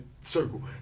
circle